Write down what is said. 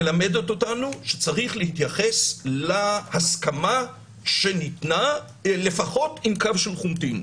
מלמדת אותנו שצריך להתייחס להסכמה שניתנה לפחות עם קב של חומטין.